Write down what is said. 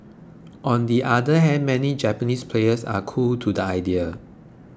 on the other hand many Japanese players are cool to the idea